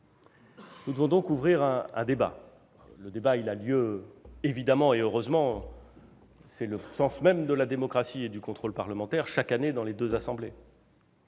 Nous devons donc ouvrir un débat. Le débat, il a lieu, évidemment et heureusement- c'est le sens même de la démocratie et du contrôle parlementaires -chaque année dans les deux assemblées.